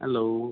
hello